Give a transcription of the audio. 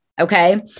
okay